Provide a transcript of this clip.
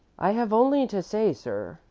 i have only to say, sir,